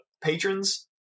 patrons